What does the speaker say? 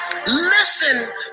Listen